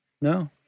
No